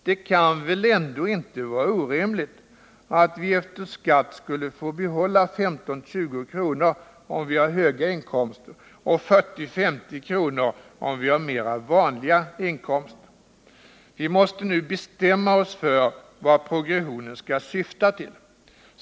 Det kan väl ändå inte vara orimligt att vi efter skatt skulle få behålla 15-20 kr. om vi har höga inkomster och 40-50 kr. om vi har mer vanliga inkomster. Vi måste bestämma oss för vad progressionen skall syfta till.